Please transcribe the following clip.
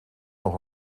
nog